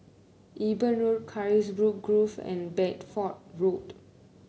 Eben Road Carisbrooke Grove and Bedford Road